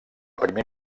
primer